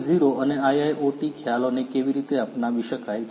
0 અને IIoT ખ્યાલોને કેવી રીતે અપનાવી શકાય છે